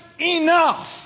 enough